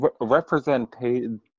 representation